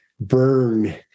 burn